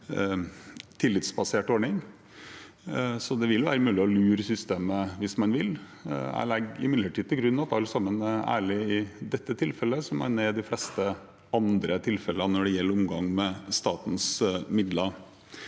det vil være mulig å lure systemet hvis man vil. Jeg legger imidlertid til grunn at alle sammen er ærlige i dette tilfellet, som man også er i de fleste andre tilfeller når det gjelder omgang med statens midler.